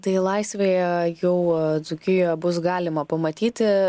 tai laisvėje jau dzūkijoje bus galima pamatyti